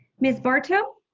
miss barto.